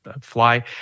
fly